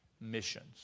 missions